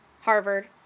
Harvard